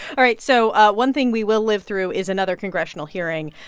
all right, so one thing we will live through is another congressional hearing.